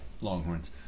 Longhorns